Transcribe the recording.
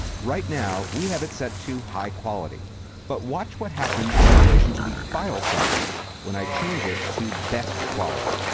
right now we have it set to high quality but watch what happens in relation to the file size when i change it to best quality,